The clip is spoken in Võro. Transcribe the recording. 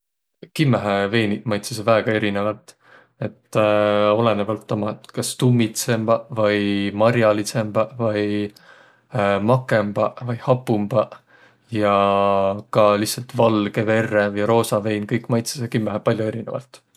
Kimmähe veiniq maitsõsõq väega erinevält. Olõnõvalt ommaq, et kas tummitsõmbaq vai mar'alidsõmbaq vai makõmbaq vai hapumbaq- Ja ka lihtsält valgõ, verrev ja roosa vein, kõik maitsõsõq kimmähe pall'o erinevält.